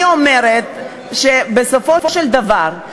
אז אני אומרת שבסופו של דבר,